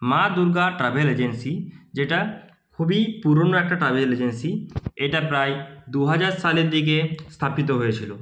মা Durga travel agency যেটা খুবই পুরনো একটা ট্রাভেল এজেন্সি এটা প্রায় দু হাজার সালের দিকে স্থাপিত হয়েছিল